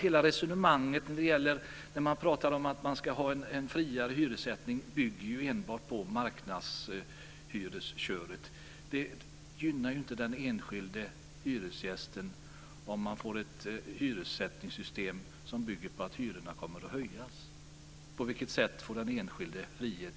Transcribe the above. Hela resonemanget om en friare hyressättning bygger enbart på marknadshyressystemet. Det gynnar ju inte den enskilde hyresgästen att ha en hyressättningssystem som innebär att hyrorna kommer att höjas. På vilket sätt får då den enskilde frihet?